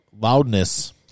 Loudness